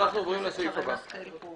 אנחנו עוברים לסעיף הבא.